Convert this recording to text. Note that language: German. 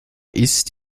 ist